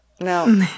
No